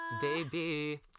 Baby